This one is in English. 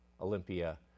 Olympia